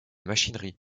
machinerie